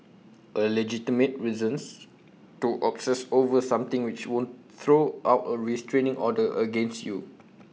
A legitimate reason to obsess over something which won't throw out A restraining order against you